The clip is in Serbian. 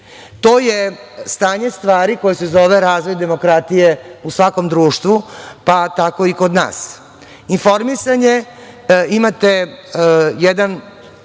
je stanje stvari koje se zove razvoj demokratije u svakom društvu, pa tako i kod nas. Informisanje, imate jedan